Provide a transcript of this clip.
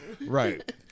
Right